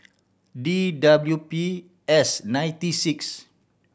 D W P S ninety six